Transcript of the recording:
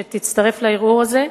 על כך שתצטרף לערעור הזה,